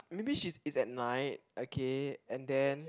maybe she it's at night okay and then